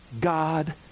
God